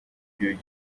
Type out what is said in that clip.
buri